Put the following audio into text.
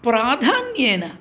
प्राधान्येन